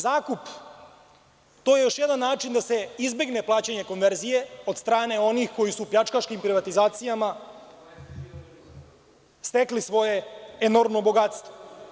Zakup, to je još jedan način da se izbegne plaćanje konverzije od strane onih koji su pljačkaškim privatizacijama stekli svoje enormno bogatstvo.